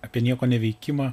apie nieko neveikimą